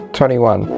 21